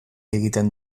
egiten